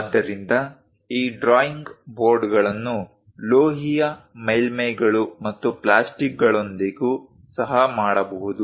ಆದ್ದರಿಂದ ಈ ಡ್ರಾಯಿಂಗ್ ಬೋರ್ಡ್ಗಳನ್ನು ಲೋಹೀಯ ಮೇಲ್ಮೈಗಳು ಮತ್ತು ಪ್ಲಾಸ್ಟಿಕ್ಗಳೊಂದಿಗೂ ಸಹ ಮಾಡಬಹುದು